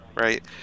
right